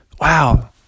Wow